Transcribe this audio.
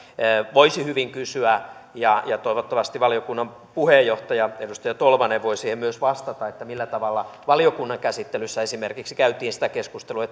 voisi hyvin kysyä ja ja toivottavasti valiokunnan puheenjohtaja edustaja tolvanen voi siihen myös vastata millä tavalla valiokunnan käsittelyssä käytiin esimerkiksi sitä keskustelua